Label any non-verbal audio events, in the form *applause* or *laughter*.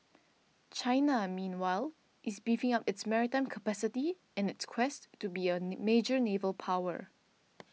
China meanwhile is beefing up its maritime capacity in its quest to be a *unintelligible* major naval power